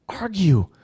argue